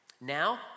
Now